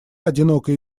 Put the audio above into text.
одинокая